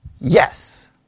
yes